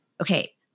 okay